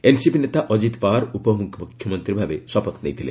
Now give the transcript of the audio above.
NCP ନେତା ଅଜିତ ପାୱାର ଉପମ୍ରଖ୍ୟମନ୍ତ୍ରୀ ଭାବେ ଶପଥ ନେଇଥିଲେ